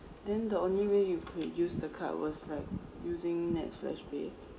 then the only way you could use the covers like using NETS flashpay